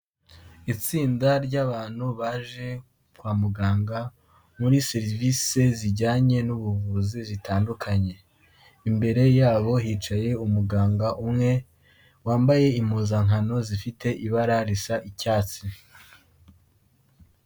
Itsinda ry'abantu baje kwa muganga muri serivisi zijyanye n'ubuvuzi zitandukanye, imbere yabo hicaye umuganga umwe wambaye impuzankano zifite ibara risa icyatsi.